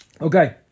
Okay